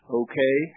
okay